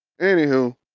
Anywho